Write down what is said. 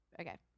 okay